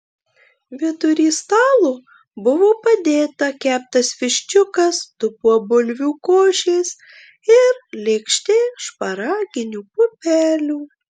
vidury stalo buvo padėta keptas viščiukas dubuo bulvių košės ir lėkštė šparaginių pupelių